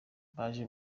baje